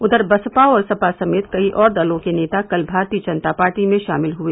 उधर बसपा और सपा समेत कई और दलों के नेता कल भारतीय जनता पार्टी में शामिल हुए